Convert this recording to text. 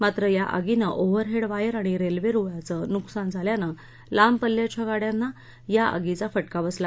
मात्र या आगीनं ओव्हरहेड वायर आणि रेल्वे रुळाचं नुकसान झाल्यानं लांब पल्ल्याच्या गाड्यांना या आगीचा फटका बसला